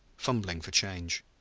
fumbling for change.